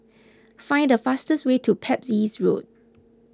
find the fastest way to Pepys Road